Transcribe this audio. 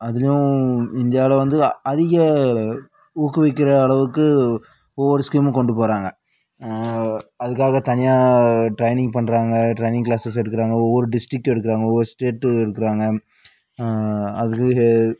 அதுலேயும் இந்தியாவில் வந்து அதிக ஊக்குவிக்கிற அளவுக்கு ஒவ்வொரு ஸ்கீமும் கொண்டு போகிறாங்க அதுக்காக தனியாக ட்ரைனிங் பண்ணுறாங்க ட்ரைனிங் கிளாசஸ் எடுக்கிறாங்க ஒவ்வொரு டிஸ்ட்டிக் எடுக்கிறாங்க ஒவ்வொரு ஸ்டேட்டு எடுக்கிறாங்க அதுக்கு